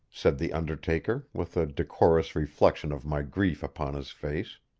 said the undertaker, with a decorous reflection of my grief upon his face.